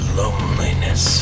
loneliness